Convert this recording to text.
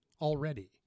already